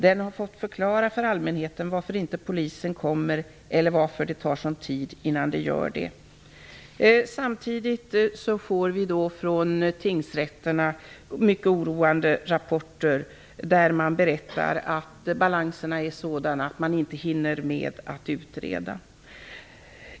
Den har fått förklara för allmänheten varför inte polisen kommer eller varför det tar sådan tid innan den gör det." Samtidigt får vi från tingsrätterna mycket oroande rapporter som berättar att balanserna är sådana att man inte hinner med att utreda.